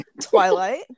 Twilight